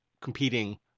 competing